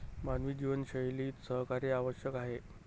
मानवी जीवनशैलीत सहकार्य आवश्यक आहे